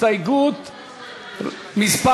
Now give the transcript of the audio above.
הסתייגות מס'